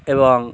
এবং